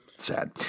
sad